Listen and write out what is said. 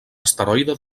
asteroide